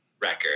record